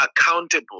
accountable